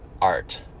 art